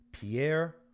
Pierre